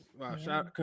Wow